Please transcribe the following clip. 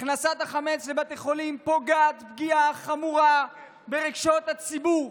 הכנסת החמץ לבתי החולים פוגעת פגיעה חמורה ברגשות הציבור.